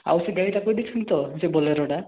ଆଉ ସେ ବେଗଟା କହିଦେଇଛନ୍ତି ତ ସେ ବୋଲରୋଟା